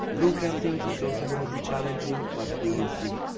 runecrafting is also gonna be challenging but we will see.